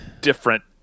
Different